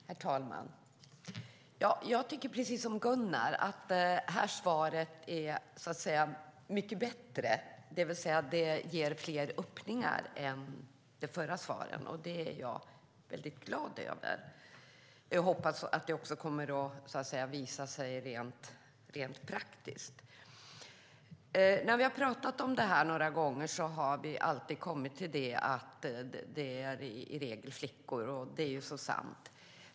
Herr talman! Jag tycker precis som Gunnar att det här svaret är mycket bättre, det vill säga att det ger fler öppningar, än de tidigare svaren i samma ärende. Det är jag glad över, och jag hoppas att det också kommer att visa sig rent praktiskt. När vi har talat om detta har vi alltid sagt att det gäller mest flickor, och det är så sant.